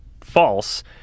false